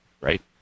right